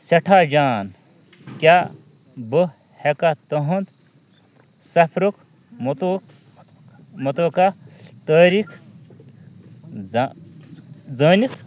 سٮ۪ٹھاہ جان کیٚاہ بہٕ ہیٚکاہ تہنٛد صفرُک متوٗق متوقع تٲریخ زٲنِتھ